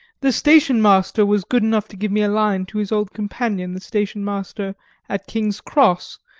the station-master was good enough to give me a line to his old companion the station-master at king's cross,